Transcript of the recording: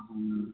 ہوں